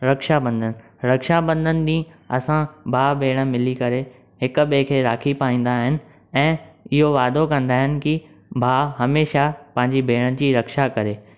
रक्षाबंधन रक्षाबंधन ॾींहुं असां भाउ भेण मिली करे हिक ॿिए खे राखी पाईंदा आहिनि ऐं इहो वादो कंदा आहिनि की भाउ हमेशह पंहिंजी भेण जी रक्षा करे